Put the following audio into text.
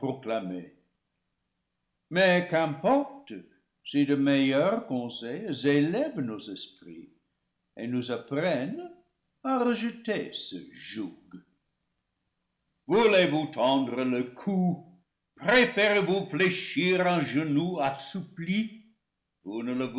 clamée mais qu'importe si de meilleurs conseils élèvent nos esprits et nous apprennent à rejeter ce joug voulez-vous tendre le cou préférez-vous fléchir un genou assoupli